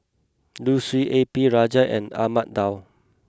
Liu Si A P Rajah and Ahmad Daud